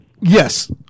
yes